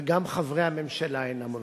וגם חברי הממשלה אינם נוכחים.